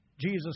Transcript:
Jesus